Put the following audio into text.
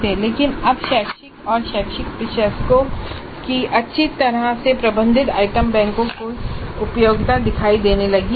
लेकिन अब शिक्षकों और शैक्षिक प्रशासकों को अच्छी तरह से प्रबंधित आइटम बैंकों की उपयोगिता दिखाई देने लगी है